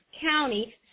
county